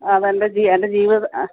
അതെൻ്റെ എൻ്റെ ആ